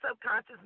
subconscious